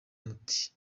muti